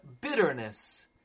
bitterness